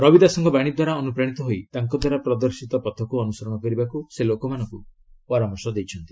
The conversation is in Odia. ରବିଦାସଙ୍କ ବାଣୀ ଦ୍ୱାରା ଅନୁପ୍ରାଣିତ ହୋଇ ତାଙ୍କ ଦ୍ୱାରା ପ୍ରଦର୍ଶିତ ପଥକୁ ଅନୁସରଣ କରିବାକୁ ସେ ଲୋକମାନଙ୍କୁ ପରାମର୍ଶ ଦେଇଛନ୍ତି